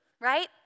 right